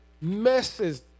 messes